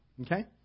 okay